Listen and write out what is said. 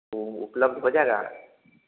तो उपलब्ध हो जाएगा